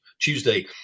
Tuesday